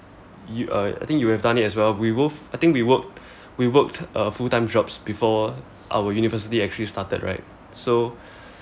you uh I think you have done it as well we both I think we worked we worked uh full time jobs before our university actually started right so